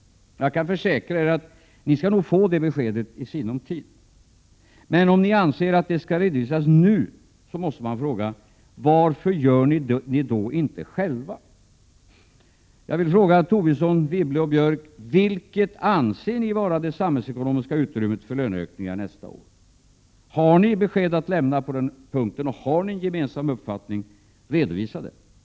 Jag kan försäkra er att ni skall få det beskedet i sinom tid. Men om ni anser att det skall redovisas nu måste jag fråga: Varför gör ni det då inte själva? Jag vill fråga Lars Tobisson, Anne Wibble och Gunnar Björk: Vilket anser ni vara det samhällsekonomiska utrymmet för löneökningar nästa år? Har ni besked att lämna på den punkten, och har ni en gemensam uppfattning? Om ni har det, så redovisa det!